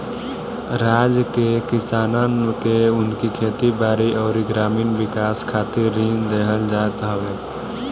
राज्य के किसानन के उनकी खेती बारी अउरी ग्रामीण विकास खातिर ऋण देहल जात हवे